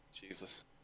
Jesus